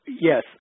Yes